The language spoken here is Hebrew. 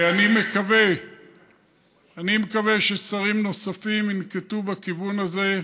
אני מקווה ששרים נוספים ינקטו את הכיוון הזה.